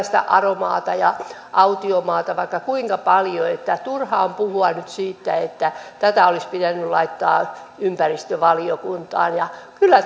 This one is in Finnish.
sitä aromaata ja autiomaata vaikka kuinka paljon että turha on puhua nyt siitä että tämä olisi pitänyt laittaa ympäristövaliokuntaan kyllä